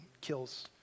kills